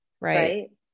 right